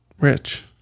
Rich